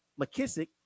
McKissick